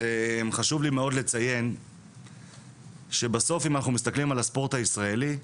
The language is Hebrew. חשוב לי מאוד לציין שבסוף אם אנחנו מסתכלים על הספורט הישראלי,